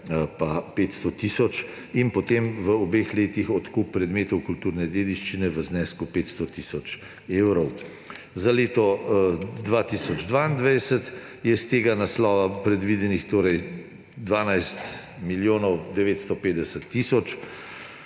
– 500 tisoč in potem v obeh letih odkupi predmetov kulturne dediščine v znesku 500 tisoč evrov. Za leto 2022 je s tega naslova predvidenih torej 12 milijonov 950 tisoč